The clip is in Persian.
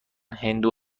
هندو